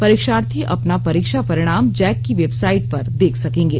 परिक्षार्थी अपना परीक्षा परिणाम जैक की वेबसाइट पर देख सकेंगे